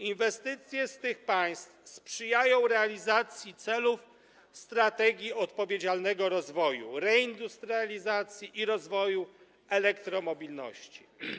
Inwestycje z tych państw sprzyjają realizacji celów strategii odpowiedzialnego rozwoju, reindustrializacji i rozwoju elektromobilności.